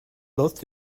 both